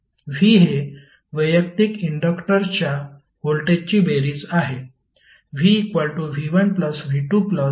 v हे वैयक्तिक इंडक्टर्सच्या व्होल्टेजची बेरीज आहे